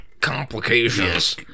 complications